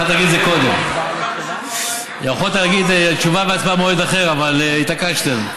אתה יכול רק להפוך את זה להצעה לסדר-היום ולדון בזה בוועדה.